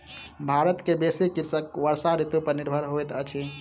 भारत के बेसी कृषक वर्षा ऋतू पर निर्भर होइत अछि